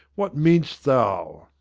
what mean'st thou?